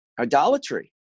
idolatry